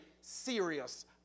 serious